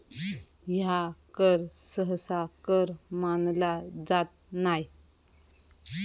ह्या कर सहसा कर मानला जात नाय